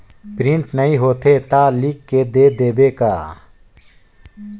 Print नइ होथे ता लिख के दे देबे का?